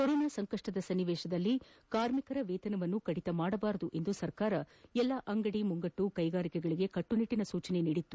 corona ಸಂಕಷ್ಷದ ಸನ್ನಿವೇಶದಲ್ಲಿ ಕಾರ್ಮಿಕರ ವೇತನವನ್ನು ಕಡಿತ ಮಾಡಬಾರದು ಎಂದು ಸರ್ಕಾರ ಎಲ್ಲಾ ಅಂಗಡಿ ಮುಂಗಟ್ಲು ಕೈಗಾರಿಕೆಗಳಿಗೆ ಕಟ್ಲುನಿಟ್ಲಿನ ಸೂಚನೆ ನೀಡಿತ್ತು